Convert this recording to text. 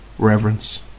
reverence